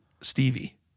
Stevie